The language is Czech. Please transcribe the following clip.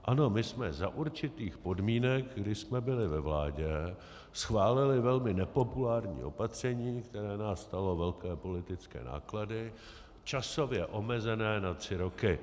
Ano, my jsme za určitých podmínek, kdy jsme byli ve vládě, schválili velmi nepopulární opatření, které nás stálo velké politické náklady, časově omezené na tři roky.